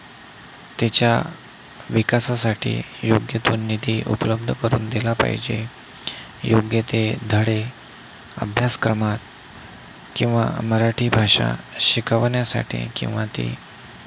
तिच्या विकासासाठी योग्य तो निधी उपलब्ध करून दिला पाहिजे योग्य ते धडे अभ्यासक्रमात किंवा मराठी भाषा शिकवण्यासाठी किंवा ती